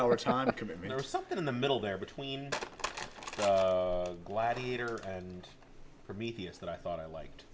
hour time commitment or something in the middle there between gladiator and for me that i thought i liked